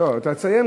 לא, אתה תסיים.